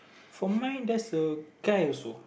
for mine that's a guy also